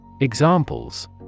Examples